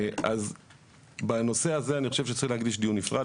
אז בנושא הזה אני חושב שצריכים להקדיש דיון נפרד,